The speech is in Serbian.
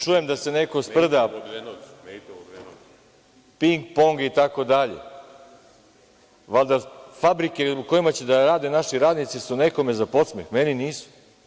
Čujem da se neko sprda ping-pong itd, valjda fabrike u kojima će da rade naši radnici su nekome za podsmeh, meni nisu.